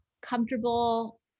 comfortable